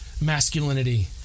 masculinity